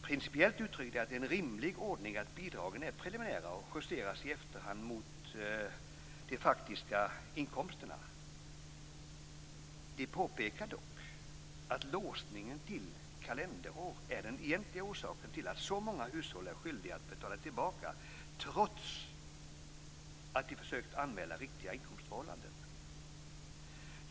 Principiellt uttrycker de att det är en rimlig ordning att bidragen är preliminära och justeras i efterhand mot de faktiska inkomsterna. De påpekar dock att låsningen till kalenderår är den egentliga orsaken till att så många hushåll är skyldiga att betala tillbaka trots att de försökt anmäla riktiga inkomstförhållanden.